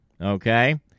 Okay